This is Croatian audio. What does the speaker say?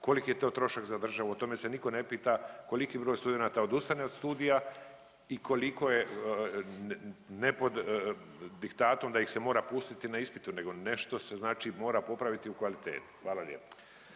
Koliki je to trošak za državu? O tome se nitko ne pita koliki broj studenata odustane od studija i koliko je ne pod diktatom da ih se mora pustiti na ispitu, nego nešto se znači mora popraviti u kvaliteti. Hvala lijepo.